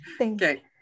okay